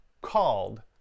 called